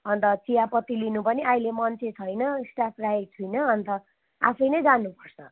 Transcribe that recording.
अन्त चियापत्ती लिनु पनि अहिले मान्छे छैन स्टाफ राखेको छुइनँ अन्त आफै नै जानुपर्छ